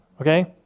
okay